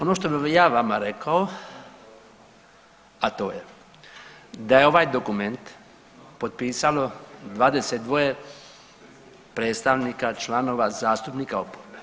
Ono što bi ja vama rekao, a to je da je ovaj dokument potpisalo 22 predstavnika članova zastupnika oporbe.